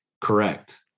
correct